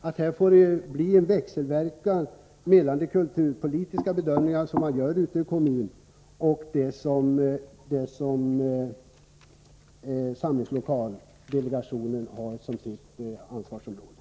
Det måste således vara en växelverkan när det gäller de kulturpolitiska bedömningar som görs ute i kommunerna å ena sidan och samlingslokaldelegationens ansvarsområde å andra sidan.